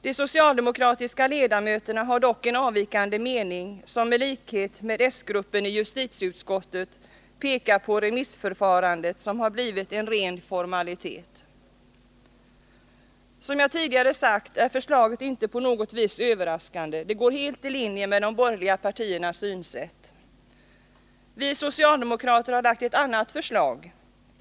De socialdemokratiska ledamöterna har dock en avvikande mening, och i likhet med s-gruppen i justitieutskottet pekar man på att remissförfarandet har blivit en ren formalitet. Som jag tidigare sagt är förslaget inte på något vis överraskande. Det går helt i linje med de borgerliga partiernas synsätt. Vi socialdemokrater har lagt ett annat förslag.